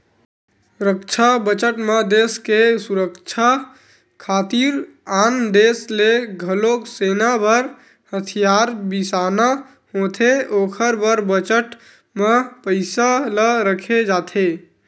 रक्छा बजट म देस के सुरक्छा खातिर आन देस ले घलोक सेना बर हथियार बिसाना होथे ओखर बर बजट म पइसा ल रखे जाथे